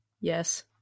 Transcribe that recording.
Yes